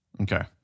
okay